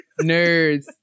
Nerds